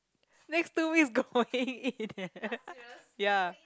next two week going eat leh ya